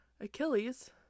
Achilles